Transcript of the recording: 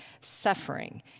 suffering